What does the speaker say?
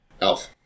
Elf